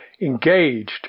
engaged